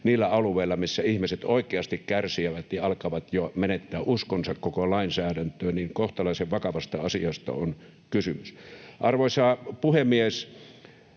niillä alueilla, missä ihmiset oikeasti kärsivät ja alkavat jo menettää uskonsa koko lainsäädäntöön. Eli kohtalaisen vakavasta asiasta on kysymys. Arvoisa puhemies!